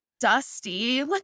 dusty